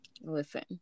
Listen